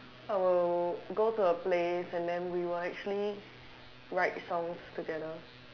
I will go to her place and then we will actually write songs together